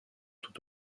tout